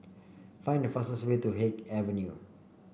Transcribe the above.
find the fastest way to Haig Avenue